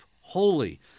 holy